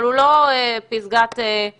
אבל הוא לא פסגת חלומותינו.